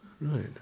right